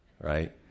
right